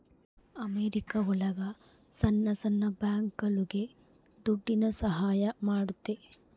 America ಒಳಗ ಸಣ್ಣ ಸಣ್ಣ ಬ್ಯಾಂಕ್ಗಳುಗೆ ದುಡ್ಡಿನ ಸಹಾಯ ಮಾಡುತ್ತೆ